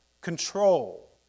control